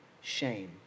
shame